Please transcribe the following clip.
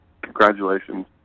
congratulations